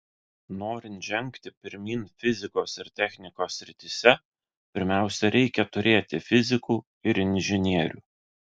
norint žengti pirmyn fizikos ir technikos srityse pirmiausia reikia turėti fizikų ir inžinierių